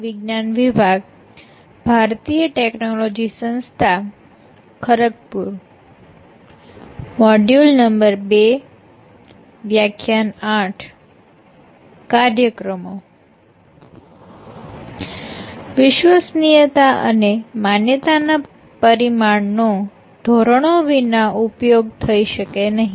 વિશ્વસનીયતા અને માન્યતા ના પરિમાણ નો ધોરણો વિના ઉપયોગ થઈ શકે નહીં